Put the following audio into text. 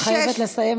את חייבת לסיים.